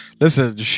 Listen